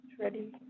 ready